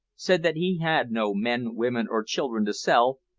said that he had no men, women or children to sell,